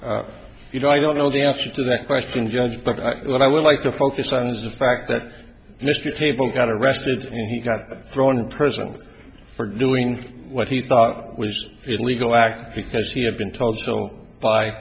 was you know i don't know the answer to that question judge but what i would like to focus on is the fact that mr tejpal got arrested and he got thrown in prison for doing what he thought was illegal act because he had been told so by